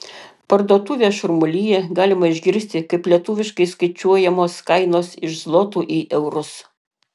parduotuvės šurmulyje galima išgirsti kaip lietuviškai skaičiuojamos kainos iš zlotų į eurus